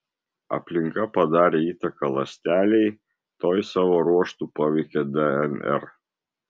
aplinka padarė įtaką ląstelei toji savo ruožtu paveikė dnr